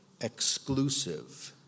exclusive